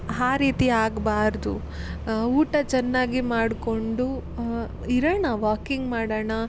ಆ ರೀತಿ ಆಗಬಾರ್ದು ಊಟ ಚೆನ್ನಾಗಿ ಮಾಡಿಕೊಂಡು ಇರೋಣ ವಾಕಿಂಗ್ ಮಾಡೋಣ